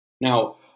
now